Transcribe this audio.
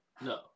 No